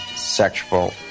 sexual